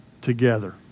together